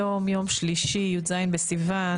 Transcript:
היום יום שלישי, י"ז בסיוון.